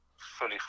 fully